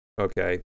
okay